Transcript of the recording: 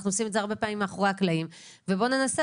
אנחנו עושים את זה הרבה פעמים מאחורי הקלעים ובואו ננסה